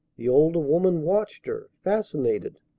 the older woman watched her, fascinated.